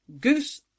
Goose